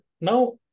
now